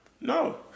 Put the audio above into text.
No